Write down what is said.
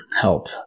help